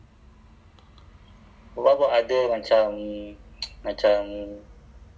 I think python macam python for me is okay lah because it's a